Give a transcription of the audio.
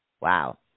Wow